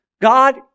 God